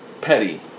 petty